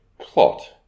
plot